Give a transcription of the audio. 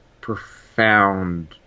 profound